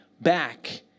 back